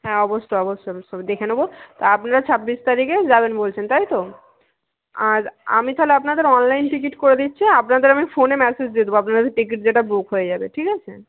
হ্যাঁ অবশ্যই অবশ্যই অবশ্যই দেখে নেব তো আপনারা ছাব্বিশ তারিখে যাবেন বলছেন তাই তো আর আমি তাহলে আপনাদের অনলাইন টিকিট করে দিচ্ছি আপনাদের আমি ফোনে ম্যাসেজ দিয়ে দেব আপনাদের টিকিট যেটা বুক হয়ে যাবে ঠিক আছে